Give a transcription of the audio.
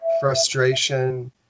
frustration